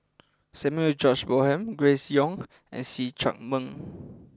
Samuel George Bonham Grace Young and See Chak Mun